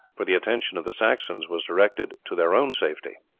for the attention of the saxons was directed to their own safety.